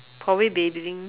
probably bathing